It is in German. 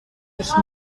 ich